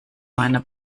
meiner